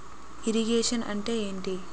Irrigation అంటే ఏంటీ?